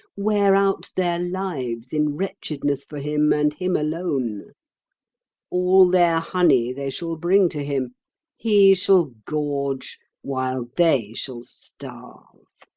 wear out their lives in wretchedness for him and him alone all their honey they shall bring to him he shall gorge while they shall starve.